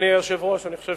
אדוני היושב-ראש, אני חושב